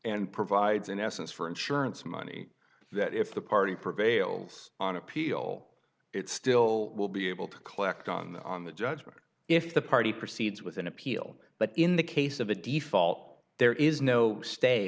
and provides an essence for insurance money that if the party prevails on appeal it still will be able to collect on the judgment if the party proceeds with an appeal but in the case of a default there is no stay